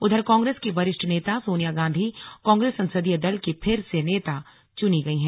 उधर कांग्रेस की वरिष्ठ नेता सोनिया गांधी कांग्रेस संसदीय दल की फिर से नेता चुनी गयी हैं